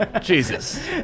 Jesus